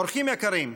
אורחים יקרים,